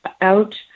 out